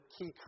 key